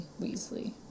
Weasley